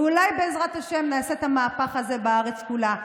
ואולי בעזרת השם נעשה את המהפך הזה בארץ כולה.